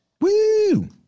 Woo